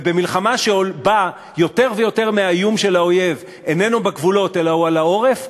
ובמלחמה שבה יותר ויותר האיום של האויב איננו בגבולות אלא הוא על העורף,